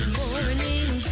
morning